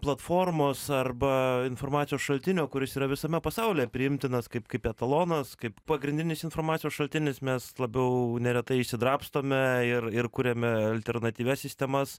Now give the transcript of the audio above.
platformos arba informacijos šaltinio kuris yra visame pasaulyje priimtinas kaip kaip etalonas kaip pagrindinis informacijos šaltinis mes labiau neretai išsidrabstome ir ir kuriame alternatyvias sistemas